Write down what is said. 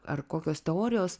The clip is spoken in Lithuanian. ar kokios teorijos